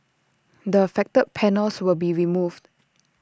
the affected panels will be removed